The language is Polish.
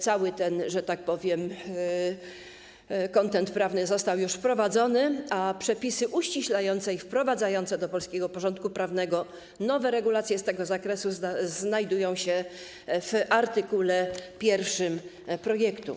Cały ten, że tak powiem, kontent prawny został już wprowadzony, a przepisy uściślające i wprowadzające do polskiego porządku prawnego nowe regulacje z tego zakresu znajdują się w art. 1 projektu.